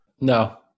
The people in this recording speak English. No